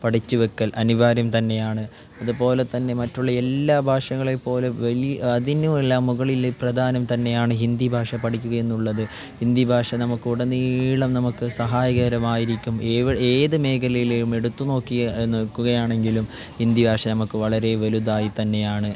പഠിച്ചു വയ്ക്കൽ അനിവാര്യം തന്നെയാണ് അതുപോലെ തന്നെ മറ്റുള്ള എല്ലാ ഭാഷകളെ പോലെ വലി അതിനുമെല്ലാം മുകളിൽ പ്രധാനം തന്നെയാണ് ഹിന്ദി ഭാഷ പഠിക്കുക എന്നുള്ളത് ഹിന്ദി ഭാഷ നമുക്കുടനീളം നമുക്ക് സഹായകരമായിരിക്കും ഏത് മേഖലയിൽ എടുത്തു നോക്കിയാൽ നോക്കുകയാണെങ്കിലും ഹിന്ദി ഭാഷ നമുക്ക് വളരെ വലുതായി തന്നെയാണ്